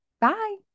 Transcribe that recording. Bye